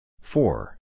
Four